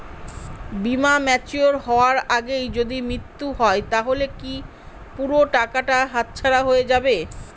বীমা ম্যাচিওর হয়ার আগেই যদি মৃত্যু হয় তাহলে কি পুরো টাকাটা হাতছাড়া হয়ে যাবে?